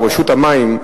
או רשות המים,